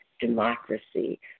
democracy